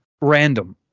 random